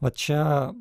va čia